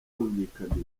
kumvikanisha